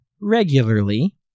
regularly